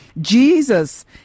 Jesus